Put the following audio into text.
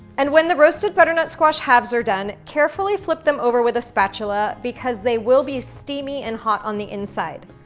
and when the roasted butternut squash halves are done, carefully flip hem over with a spatula because they will be steamy and hot on the inside.